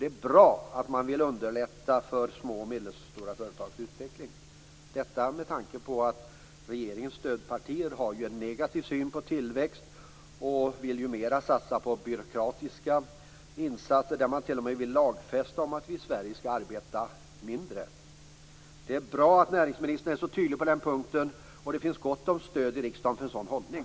Det är bra att man vill underlätta för små och medelstora företags utveckling - detta med tanke på att regeringens stödpartier ju har en negativ syn på tillväxt. De vill mer satsa på byråkratiska insatser. Man vill t.o.m. lagfästa att vi i Sverige skall arbeta mindre. Det är bra att näringsministern är så tydlig på den punkten, och det finns gott stöd i riksdagen för en sådan hållning.